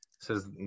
says